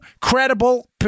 credible